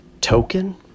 token